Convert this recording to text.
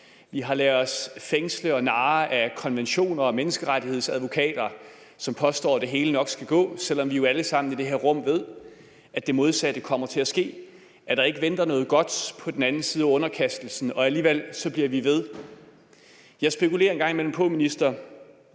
Vi har ladet os fængsle og narre af konventioner og menneskerettighedsadvokater, som påstår, at det hele nok skal gå, selv om vi jo alle sammen i det her rum ved, at det modsatte kommer til at ske, at der ikke venter noget godt på den anden side af underkastelsen, og alligevel bliver vi ved. Jeg spekulerer en gang imellem på, minister: